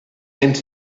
and